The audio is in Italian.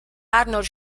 arnold